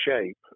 shape